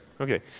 Okay